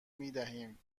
میدهیم